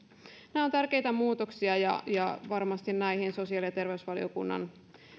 nämä ovat tärkeitä muutoksia ja ja varmasti näihin sosiaali ja terveysvaliokunnan